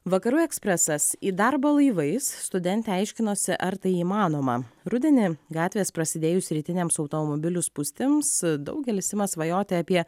vakarų ekspresas į darbą laivais studentė aiškinosi ar tai įmanoma rudenį gatvės prasidėjus rytinėms automobilių spūstims daugelis ima svajoti apie